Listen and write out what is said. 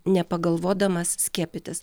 nepagalvodamas skiepytis